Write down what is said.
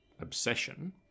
obsession